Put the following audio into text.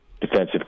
defensive